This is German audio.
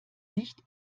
nicht